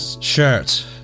Shirt